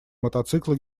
мотоцикла